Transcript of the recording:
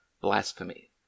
Blasphemy